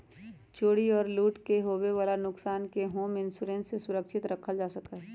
चोरी और लूट से होवे वाला नुकसान के होम इंश्योरेंस से सुरक्षित रखल जा सका हई